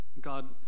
God